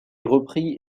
repris